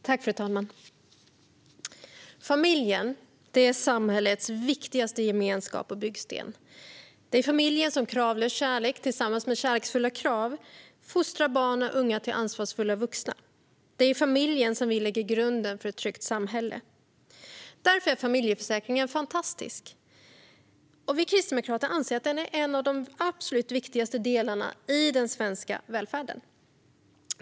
Fru talman! Familjen är samhällets viktigaste gemenskap och byggsten. Det är i familjen som kravlös kärlek tillsammans med kärleksfulla krav fostrar barn och unga till ansvarsfulla vuxna. Det är i familjen som vi lägger grunden för ett tryggt samhälle. Därför är föräldraförsäkringen fantastisk, och vi kristdemokrater anser att den är en av de absolut viktigaste delarna av den svenska välfärden.